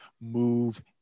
move